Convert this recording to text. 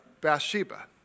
Bathsheba